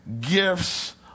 gifts